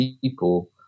people